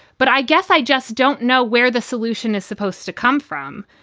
but i guess i just don't know where the solution is supposed to come from.